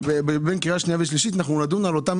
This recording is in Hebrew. בין קריאה שנייה לשלישית אנחנו נדון על אותם